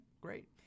great